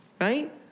right